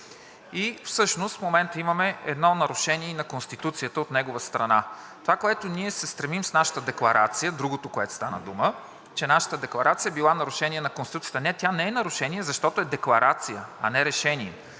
И всъщност в момента имаме едно нарушение и на Конституцията от негова страна. Това, което ние се стремим с нашата декларация, другото, за което стана дума, че нашата декларация била нарушение на Конституцията. Не, тя не е нарушение, защото е декларация, а не решение.